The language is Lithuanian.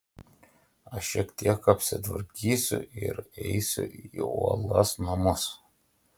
aš šiek tiek apsitvarkysiu ir eisiu į uolos namus